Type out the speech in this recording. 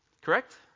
Correct